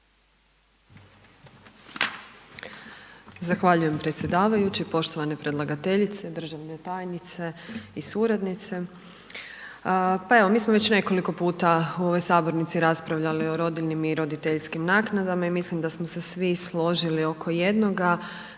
Zahvaljujem predsjedavajući, poštovane predlagateljice, državne tajnice i suradnice. Pa evo mi smo već nekoliko puta u ovoj Sabornici raspravljali o rodiljnim i roditeljskim naknadama, i mislim da smo se svi složili oko jednoga,